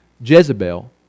Jezebel